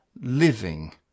living